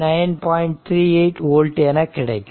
38 old என கிடைக்கும்